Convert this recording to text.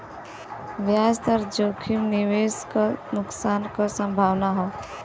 ब्याज दर जोखिम निवेश क नुकसान क संभावना हौ